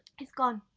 it's gone!